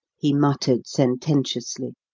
he muttered sententiously,